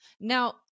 Now